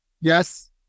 yes